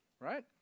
right